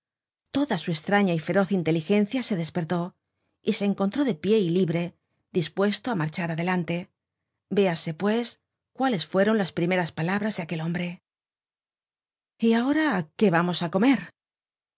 toda su estraña y feroz inteligencia se despertó y se encontró de pie y libre dispuesto á marchar adelante véase pues cuáles fueron las primeras palabras de aquel hombre content from google book search generated at y ahora qué vamos á comer